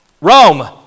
Rome